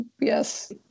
Yes